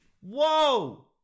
Whoa